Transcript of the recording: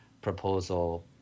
proposal